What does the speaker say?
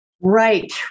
Right